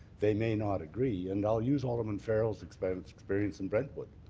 they may not agree, and i'll use alderman farrell's experience experience in brentwood.